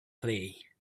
play